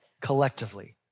collectively